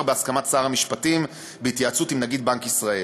בהסכמת שר המשפטים ובהתייעצות עם נגיד בנק ישראל.